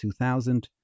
2000